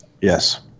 Yes